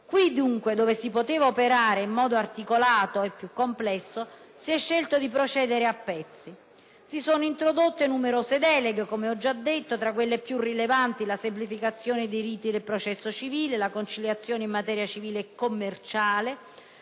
Dunque, dove si poteva operare in modo articolato e più complesso si è scelto di procedere a pezzi. Si sono introdotte numerose deleghe, come ho già detto, le più rilevanti delle quali riguardano la semplificazione dei riti del processo civile, la conciliazione in materia civile e commerciale,